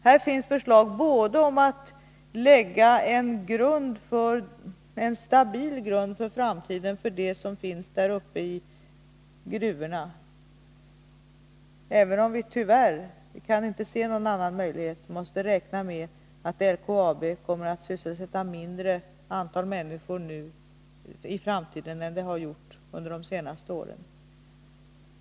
Här finns förslag om att lägga en stabil grund för framtiden för det som finns där uppe i gruvorna, även om vi tyvärr — jag kan inte se någon annan möjlighet — måste räkna med att LKAB kommer att sysselsätta ett mindre antal människor i framtiden än vad bolaget har gjort under de senaste åren.